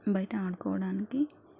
బయట ఆడుకోవడానికి